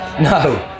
No